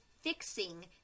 fixing